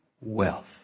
wealth